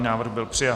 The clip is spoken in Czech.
Návrh byl přijat.